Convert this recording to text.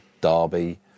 Derby